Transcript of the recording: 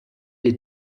les